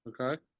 Okay